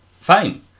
fame